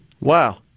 Wow